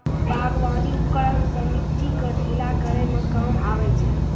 बागबानी उपकरन सें मिट्टी क ढीला करै म काम आबै छै